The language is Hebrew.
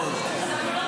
כן.